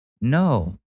No